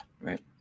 Right